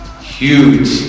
huge